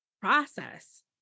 process